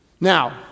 Now